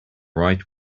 right